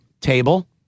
Table